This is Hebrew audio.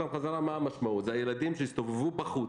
המשמעות היא ילדים שהסתובבו בחוץ,